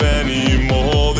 anymore